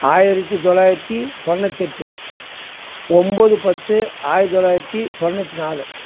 ஆயிரத்தி தொள்ளாயிரத்தி தொண்ணூற்று எட்டு ஒம்பது பத்து ஆயிரத்தி தொள்ளாயிரத்தி தொண்ணூற்றி நாலு